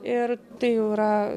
ir tai jau yra